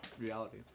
Reality